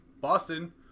Boston